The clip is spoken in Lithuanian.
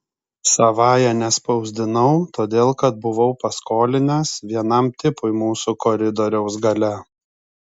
savąja nespausdinau todėl kad buvau paskolinęs vienam tipui mūsų koridoriaus gale